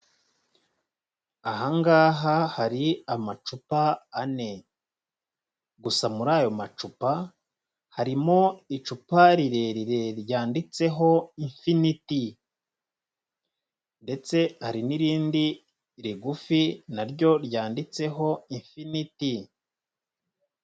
Aha ngaha hari amacupa ane, gusa muri ayo macupa harimo icupa rirerire ryanditseho, lnfinite ndetse hari n'irindi rigufi na ryo ryanditseho ifinitie.